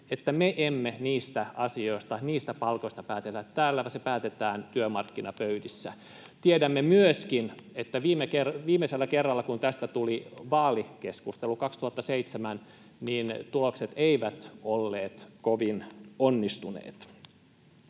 että me emme niistä asioista, niistä palkoista päätä täällä, vaan se päätetään työmarkkinapöydissä. Tiedämme myöskin, että viimeisellä kerralla, kun tästä tuli vaalikeskustelu 2007, tulokset eivät olleet kovin onnistuneet.